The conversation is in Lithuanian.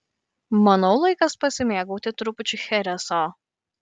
manau laikas pasimėgauti trupučiu chereso